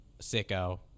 sicko